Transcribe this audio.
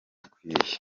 akwiye